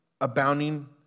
abounding